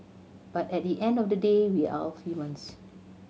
but at the end of the day we're all humans